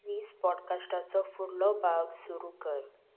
please पॉडकास्टाचो फुडलो भाग सुरू कर